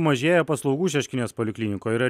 mažėja paslaugų šeškinės poliklinikoj yra